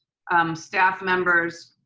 um staff members,